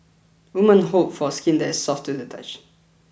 woman hope for skin that is soft to the touch